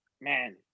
man